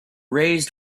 raised